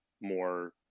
more